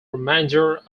remainder